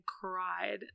cried